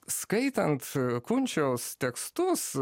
skaitant kunčiaus tekstus